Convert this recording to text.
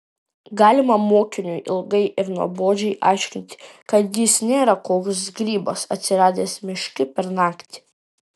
galima mokiniui ilgai ir nuobodžiai aiškinti kad jis nėra koks grybas atsiradęs miške per naktį